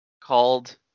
called